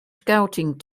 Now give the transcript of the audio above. scouting